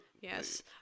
Yes